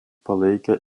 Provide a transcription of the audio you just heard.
palaikė